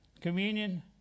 Communion